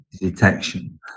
detection